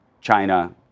China